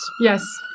Yes